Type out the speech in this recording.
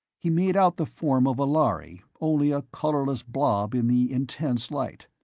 he made out the form of a lhari, only a colorless blob in the intense light.